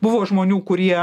buvo žmonių kurie